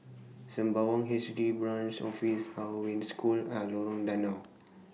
Sembawang H D Branch Office Hong Wen School and Lorong Danau